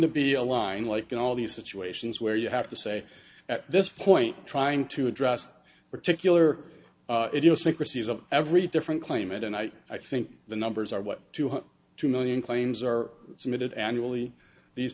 to be a line like in all these situations where you have to say at this point trying to address particular idiosyncracies of every different claimant and i i think the numbers are what two hundred two million claims are submitted annually these